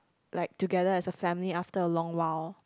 like together as a family after a long while